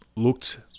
looked